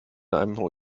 einem